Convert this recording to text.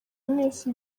mwese